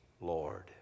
Lord